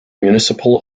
municipal